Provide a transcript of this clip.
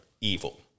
evil